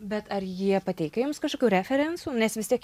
bet ar jie pateikia jums kažkokių referencų nes vis tiek